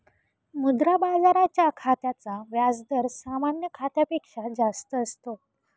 मुद्रा बाजाराच्या खात्याचा व्याज दर सामान्य खात्यापेक्षा जास्त असतो